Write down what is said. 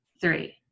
Three